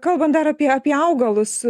kalbant dar apie apie augalus